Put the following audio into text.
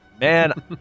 man